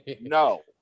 no